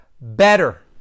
better